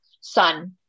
son